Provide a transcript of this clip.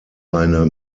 eine